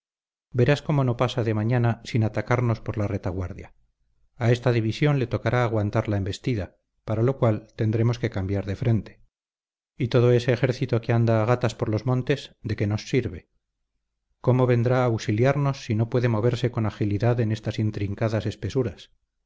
verás cómo no pasa de mañana sin atacarnos por la retaguardia a esta división le tocará aguantar la embestida para lo cual tendremos que cambiar de frente y todo ese ejército que anda a gatas por los montes de qué nos sirve cómo vendrá a auxiliarnos si no puede moverse con agilidad en estas intrincadas espesuras